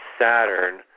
Saturn